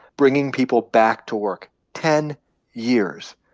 bringing people back to work ten years.